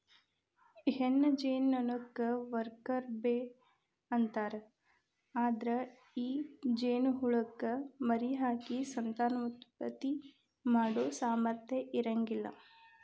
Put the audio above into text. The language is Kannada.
ಹೆಣ್ಣ ಜೇನನೊಣಕ್ಕ ವರ್ಕರ್ ಬೇ ಅಂತಾರ, ಅದ್ರ ಈ ಜೇನಹುಳಕ್ಕ ಮರಿಹಾಕಿ ಸಂತಾನೋತ್ಪತ್ತಿ ಮಾಡೋ ಸಾಮರ್ಥ್ಯ ಇರಂಗಿಲ್ಲ